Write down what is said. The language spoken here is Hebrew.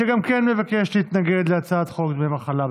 שגם הוא מבקש להתנגד להצעת חוק דמי מחלה.